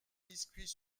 biscuits